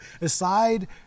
aside